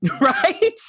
Right